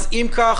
אם כך,